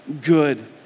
good